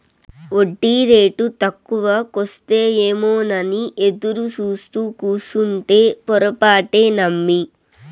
ఒడ్డీరేటు తక్కువకొస్తాయేమోనని ఎదురుసూత్తూ కూసుంటే పొరపాటే నమ్మి